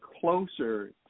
closer